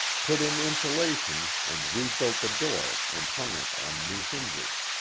put in insulation and rebuilt the door and hung it on new hinges.